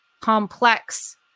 complex